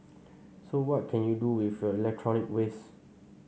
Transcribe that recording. so what can you do with your electronic waste